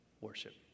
worship